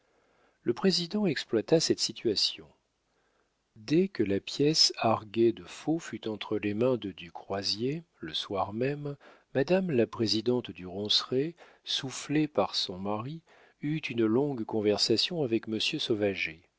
le président exploita cette situation dès que la pièce arguée de faux fut entre les mains de du croisier le soir même madame la présidente du ronceret soufflée par son mari eut une longue conversation avec